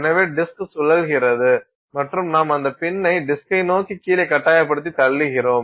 எனவே டிஸ்க் சுழல்கிறது மற்றும் நாம் அந்த பின்னை டிஸ்க்கை நோக்கி கீழே கட்டாயப்படுத்தி தள்ளுகிறோம்